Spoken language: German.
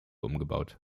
umgebaut